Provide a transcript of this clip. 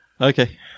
Okay